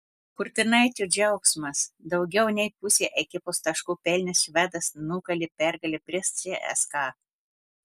kurtinaičio džiaugsmas daugiau nei pusę ekipos taškų pelnęs švedas nukalė pergalę prieš cska